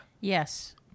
Yes